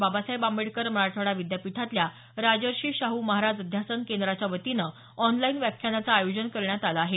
बाबासाहेब आंबेडकर मराठवाडा विद्यापीठातील राजर्षी शाहू महाराज अध्यासन केंद्राच्या वतीनं ऑनलाईन व्याख्यानाचं आयोजन करण्यात आलं आहे